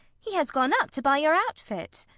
he has gone up to buy your outfit.